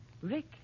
Rick